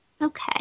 Okay